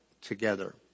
together